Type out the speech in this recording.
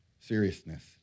seriousness